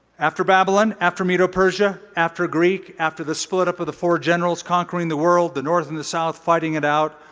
after babylon, after medo persia after greek, after the split up of the four generals conquering the world, the north and the south fighting it out,